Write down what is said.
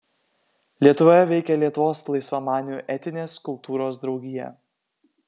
lietuvoje veikė lietuvos laisvamanių etinės kultūros draugija